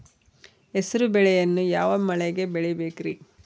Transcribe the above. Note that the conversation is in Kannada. ಹೆಸರುಬೇಳೆಯನ್ನು ಯಾವ ಮಳೆಗೆ ಬೆಳಿಬೇಕ್ರಿ?